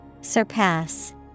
Surpass